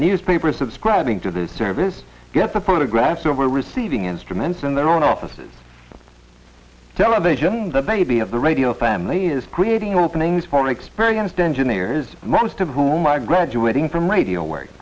the newspapers subscribing to the service get the photographs over receiving instruments in their own offices television the baby of the radio family is creating openings for experienced engineers most of whom are graduating from radio